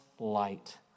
light